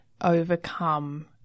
overcome